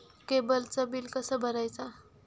केबलचा बिल कसा भरायचा?